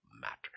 matters